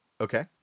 Okay